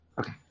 Okay